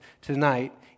tonight